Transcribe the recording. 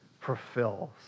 fulfills